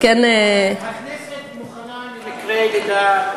הכנסת מוכנה למקרי לידה.